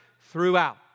throughout